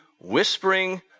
whispering